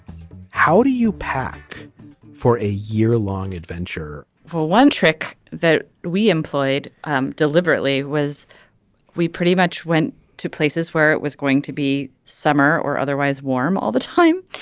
how do you pack for a yearlong adventure well one trick that we employed um deliberately was we pretty much went to places where it was going to be summer or otherwise warm all the time.